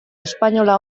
espainola